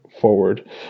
forward